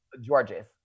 Georges